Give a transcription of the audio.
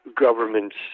governments